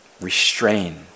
restrain